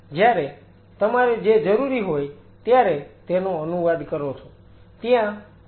જ્યારે તમારે જે જરૂરી હોય ત્યારે તેનો અનુવાદ કરો છો